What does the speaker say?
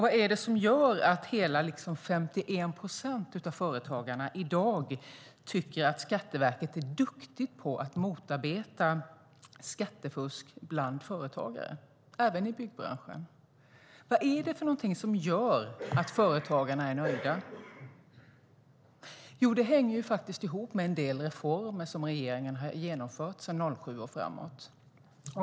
Vad är det som gör att hela 51 procent av företagarna i dag tycker att Skatteverket är duktigt på att motarbeta skattefusk bland företagare, även i byggbranschen? Vad är det för någonting som gör att företagarna är nöjda? Jo, det hänger faktiskt ihop med en del reformer som regeringen har genomfört sedan 2007 och framåt.